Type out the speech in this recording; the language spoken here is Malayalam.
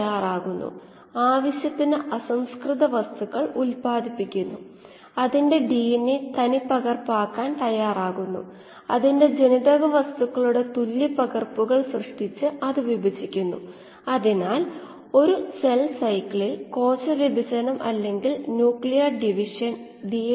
അതായതു Y x S എന്നത് ഉത്പാദിപ്പിക്കുന്ന കോശങ്ങളുടെ അളവ് ഹരിക്കണം സബ്സ്ട്രേറ്റിന്റെ അളവ് താഴെയും മുകളിലും സമയം കൊണ്ട് ഹരിക്കുകമറുഭാഗത്തേക് കൊണ്ട് പോയാൽ ഉപഭോഗം ചെയ്യുന്ന സബ്സ്ട്രടിന്റെ നിരക്ക് സമം കോശ ഉൽപാദന നിരക്ക് ഹരിക്കണം Y x S ഇവിടെ കോശ ഉൽപാദന നിരക്ക് എന്താണ്